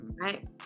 Right